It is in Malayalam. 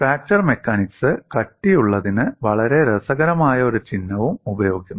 ഫ്രാക്ചർ മെക്കാനിക്സ് കട്ടിയുള്ളതിന് വളരെ രസകരമായ ഒരു ചിഹ്നവും ഉപയോഗിക്കുന്നു